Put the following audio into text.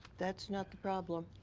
that's not the problem.